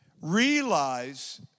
Realize